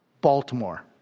Baltimore